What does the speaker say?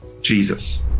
Jesus